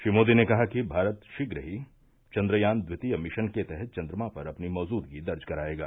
श्री मोदी ने कहा कि भारत शीघ्र ही चन्द्रयान द्वितीय मिशन के तहत चन्द्रमा पर अपनी मौजूदगी दर्ज करायेगा